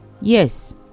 yes